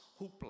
hoopla